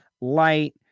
light